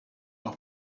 our